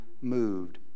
moved